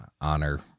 honor